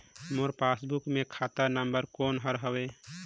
मोर passbook मे खाता number कोन हर हवे?